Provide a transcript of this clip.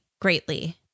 greatly